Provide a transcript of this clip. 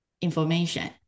information